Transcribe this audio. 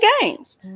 games